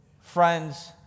Friends